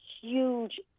huge